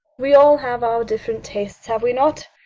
we all have our different tastes, have we not?